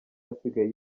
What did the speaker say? asigaye